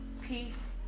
peace